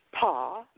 Pa